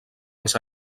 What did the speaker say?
els